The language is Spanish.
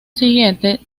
siguiente